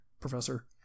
professor